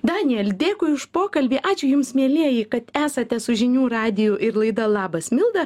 danijel dėkui už pokalbį ačiū jums mielieji kad esate su žinių radiju ir laida labas milda